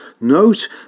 Note